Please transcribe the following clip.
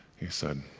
he said,